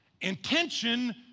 Intention